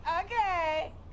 Okay